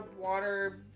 water